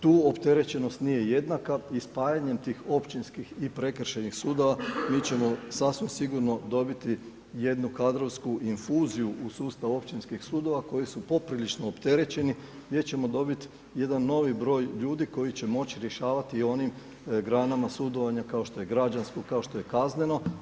Tu opterećenost nije jednaka, i spajanjem tih općinskih i prekršajnih sudova mi ćemo, sasvim sigurno dobiti jednu kadrovsku infuziju u sustav općinskih sudova koji su poprilično opterećeni, gdje ćemo dobiti jedan novi broj ljudi koji će moći rješavati i u onim granama sudovima, kao što je građansko, kao što kazneno.